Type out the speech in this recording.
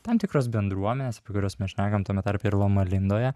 tam tikros bendruomenės apie kurias mes šnekam tame tarpe ir loma lindoje